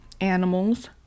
animals